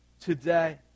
today